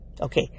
okay